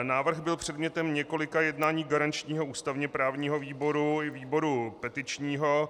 Návrh byl předmětem několika jednání garančního ústavněprávního výboru i výboru petičního.